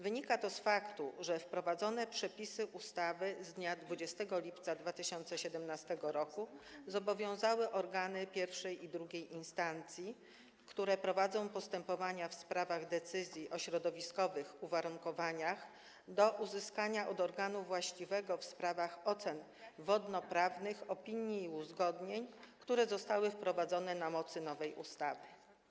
Wynika to z faktu, że wprowadzone przepisy ustawy z dnia 20 lipca 2017 r. zobowiązały organy I i II instancji, które prowadzą postępowania w sprawach decyzji o środowiskowych uwarunkowaniach, do uzyskania od organu właściwego w sprawach ocen wodnoprawnych opinii i uzgodnień, które zostały wprowadzone na mocy nowej ustawy.